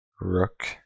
Rook